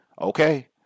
Okay